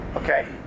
Okay